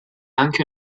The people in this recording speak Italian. anche